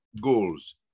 goals